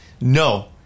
No